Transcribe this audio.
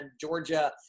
Georgia